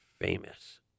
Famous